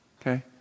okay